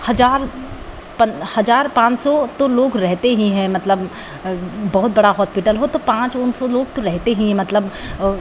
हज़ार हज़ार पाँच सौ तो लोग रहते ही हैं मतलब बहुत बड़ा हॉस्पिटल हो तो पाँच ओन सौ लोग तो रहते ही हैं मतलब और